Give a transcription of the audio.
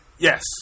Yes